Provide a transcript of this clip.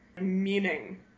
meaning